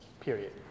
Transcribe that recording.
period